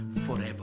forever